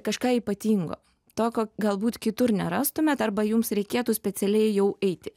kažką ypatingo to ko galbūt kitur nerastumėt arba jums reikėtų specialiai jau eiti